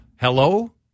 hello